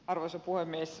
arvoisa puhemies